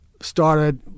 started